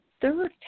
third